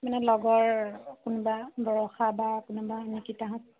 মানে লগৰ কোনোবা বৰষা বা কোনোবা নিকিতাহঁত